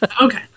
Okay